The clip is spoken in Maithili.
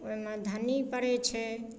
ओहिमे धन्नी पड़ैत छै